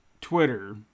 Twitter